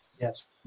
Yes